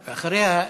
אחריה,